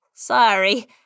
Sorry